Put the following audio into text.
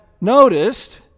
noticed